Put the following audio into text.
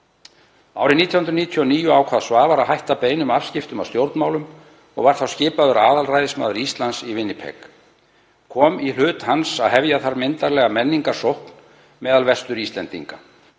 Árið 1999 ákvað Svavar að hætta beinum afskiptum af stjórnmálum og var þá skipaður aðalræðismaður Íslands í Winnipeg. Kom í hlut hans að hefja þar myndarlega menningarsókn meðal Vestur-Íslendinga.